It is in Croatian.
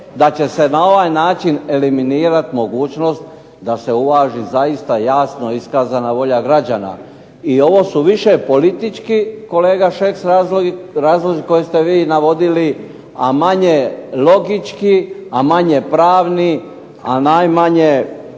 da će se na ovaj način eliminirat mogućnost da se uvaži zaista jasno iskazana volja građana. I ovo su politički, kolega Šeks, razlozi koje ste vi navodili a manje logički, a manje pravni, a najmanje